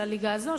של הליגה הזאת,